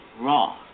raw